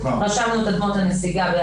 רשמנו באפרת.